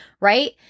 right